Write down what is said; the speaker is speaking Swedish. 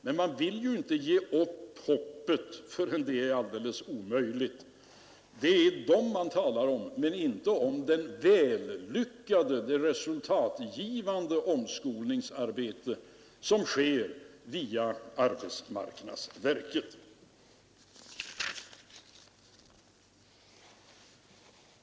Men vi vill inte ge upp hoppet förrän det är alldeles omöjligt. De fallen talar man om men inte om det resultatgivande omskolningsarbete som sker via arbetsmarknadsverket.